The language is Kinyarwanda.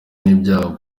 n’ibyaha